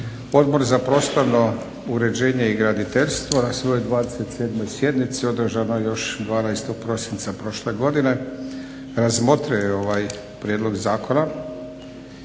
Odbor za prostorno uređenje i graditeljstvo na svojoj 27. sjednici održanoj još 12. prosinca prošle godine razmotre ovaj prijedlog zakona